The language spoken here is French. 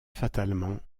fatalement